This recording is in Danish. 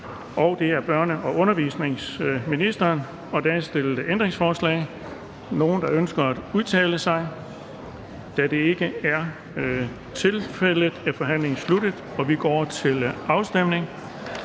Den fg. formand (Erling Bonnesen): Der er stillet ændringsforslag. Er der nogen, der ønsker at udtale sig? Da det ikke er tilfældet, er forhandlingen sluttet, og vi går til afstemning.